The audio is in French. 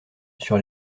sur